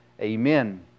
Amen